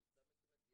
קבוצה מסוימת,